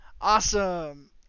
awesome